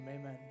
amen